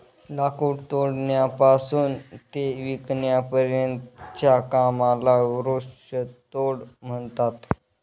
लाकूड तोडण्यापासून ते विकण्यापर्यंतच्या कामाला वृक्षतोड म्हणतात